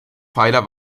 pfeiler